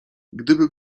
gdyby